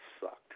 sucked